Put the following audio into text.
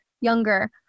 younger